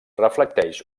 reflecteix